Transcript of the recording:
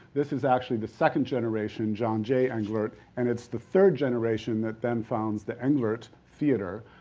this is actually the second generation, john j. englert and it's the third generation that then founded the englert theater